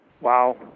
Wow